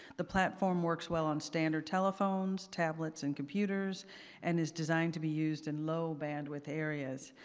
the platforms works well on standard telephones, tablets and computers and is designed to be used in low-bandwidth areas.